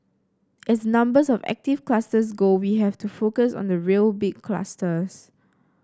as numbers of active clusters go we have to focus on the real big clusters